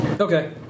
Okay